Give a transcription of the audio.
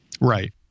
Right